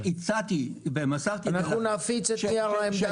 אני הצעתי ומסרתי -- אנחנו נפיץ את נייר העמדה שלך.